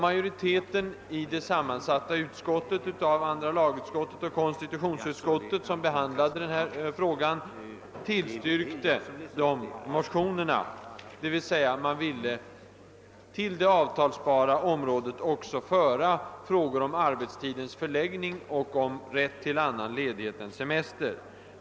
Majoriteten i det sammansatta konstitutionsoch andra lagutskott som behandlade ärendet tillstyrkte motionerna. Dvs. man föreslog att till det avtalsbara området också skulle föras frågan om arbetstidens förläggning och om rätt till annan ledighet än semester.